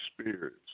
spirits